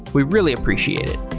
we really appreciate it